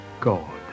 God